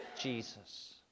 Jesus